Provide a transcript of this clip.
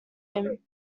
him